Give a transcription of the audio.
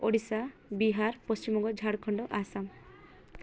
Odisha Bihar Paschimbanga Jharkhand Assam